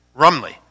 Rumley